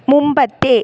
മുമ്പത്തെ